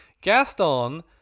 Gaston